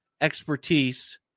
expertise